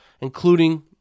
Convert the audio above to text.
including